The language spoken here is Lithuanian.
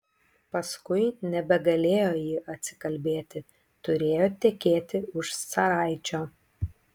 paskui nebegalėjo ji atsikalbėti turėjo tekėti už caraičio